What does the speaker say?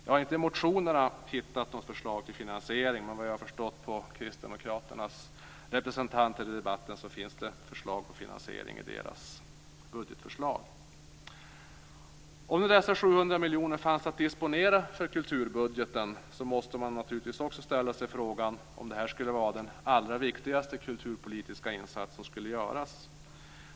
Jag har inte i motionerna hittat något förslag till finansiering, men vad jag har förstått av Kristdemokraternas representant i den här debatten finns det förslag på finansiering i deras budgetförslag. Om nu dessa 700 miljoner fanns att disponera för kulturbudgeten måste man naturligtvis också ställa sig frågan om det här vore den allra viktigaste kulturpolitiska insats som kan göras.